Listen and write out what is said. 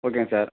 ஓகேங்க சார்